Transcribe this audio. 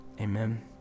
Amen